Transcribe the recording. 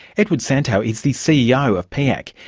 edward santow is the ceo of piac.